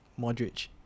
Modric